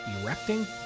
erecting